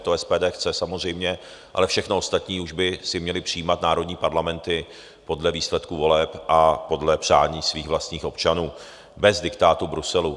To SPD chce, samozřejmě, ale všechno ostatní už by si měly přijímat národní parlamenty podle výsledku voleb a podle přání svých vlastních občanů bez diktátu Bruselu.